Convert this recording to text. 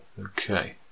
Okay